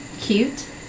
cute